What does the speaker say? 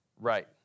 Right